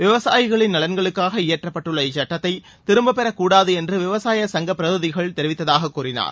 விவசாயிகளின் நலன்களுக்காக இயற்றப்பட்டுள்ள இச்சட்டத்தை திரும்பப் பெறக் கூடாது என்று விவசாய சங்கப் பிரதிநிதிகள் தெரிவித்ததாகக் கூறினார்